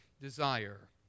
desire